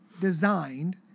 designed